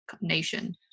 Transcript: nation